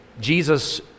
Jesus